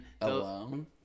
Alone